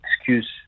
excuse